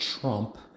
Trump